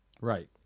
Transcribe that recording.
right